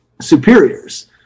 superiors